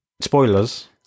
Spoilers